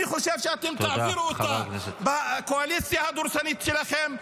אני חושב שאתם תעבירו אותה בקואליציה הדורסנית שלכם,